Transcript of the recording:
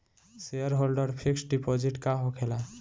Shareholder fix deposit का होखे ला?